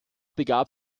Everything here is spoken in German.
begab